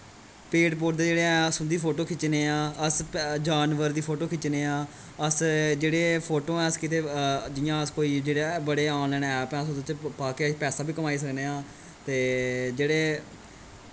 पेड़़ पौधे ऐ जेह्ड़े ऐं अस उं'दी फोटो खिच्चने आं अस जानवर दी फोटो खिच्चने आं अस जेह्ड़े फोटो ऐ अस किदे जियां अस कोई जेह्ड़े ऐ बड़े आनलाइन ऐप ऐ अस उत्थें पा के पैसा बी कमाई सकने आं ते जेह्ड़े